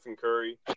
Curry